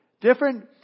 Different